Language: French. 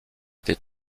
été